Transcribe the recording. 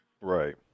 Right